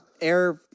Air